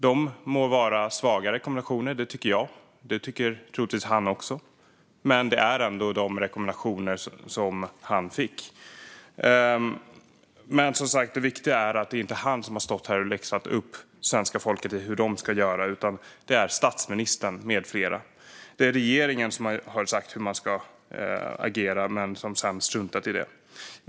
Det må ha varit svaga rekommendationer - det tycker jag, och det tycker troligtvis han också - men det var ändå de rekommendationer som han fick. Men det viktiga är att det inte är han som har stått här och läxat upp svenska folket om hur de ska göra, utan det är statsministern med flera. Det är regeringen som har sagt hur man ska agera men sedan struntat i det.